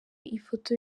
ifoto